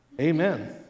Amen